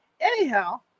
Anyhow